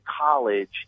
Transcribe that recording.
college